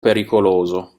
pericoloso